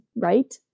right